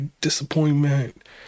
disappointment